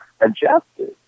adjusted